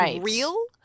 real